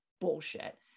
bullshit